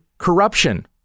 Corruption